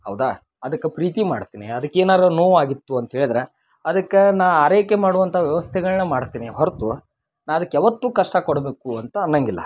ಹೌದಾ ಅದಕ್ಕೆ ಪ್ರೀತಿ ಮಾಡ್ತೀನಿ ಅದಕ್ಕೇನಾದ್ರು ನೋವಾಗಿತ್ತು ಅಂಥೇಳಿದ್ರೆ ಅದಕ್ಕೆ ನಾನು ಆರೈಕೆ ಮಾಡುವಂಥ ವ್ಯವಸ್ಥೆಗಳನ್ನ ಮಾಡ್ತೀನಿ ಹೊರತು ನಾನು ಅದಕ್ಕೆ ಯಾವತ್ತೂ ಕಷ್ಟ ಕೊಡಬೇಕು ಅಂತ ಅನ್ನೋಂಗಿಲ್ಲ